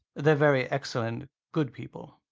they're very excellent, good people,